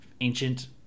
ancient